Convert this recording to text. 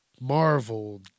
Marvel